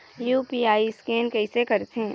UPI scan कइसे करथे?